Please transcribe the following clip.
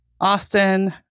Austin